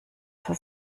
zur